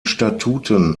statuten